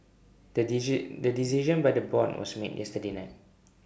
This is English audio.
the the decision by the board was made yesterday night